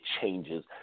changes